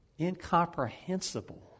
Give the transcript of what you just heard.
incomprehensible